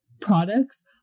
products